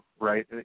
right